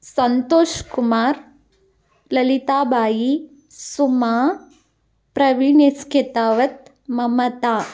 Santosh Kumar Lalita Bai Suma Pravin S Ketavat Mamata